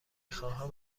خواهم